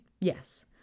Yes